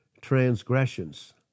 transgressions